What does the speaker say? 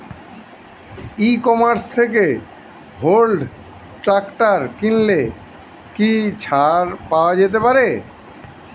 ই commerce থেকে Honda tractor কিনলে কি ছাড় পাওয়া যেতে পারে?